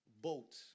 boats